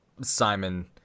Simon